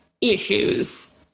issues